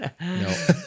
No